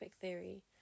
theory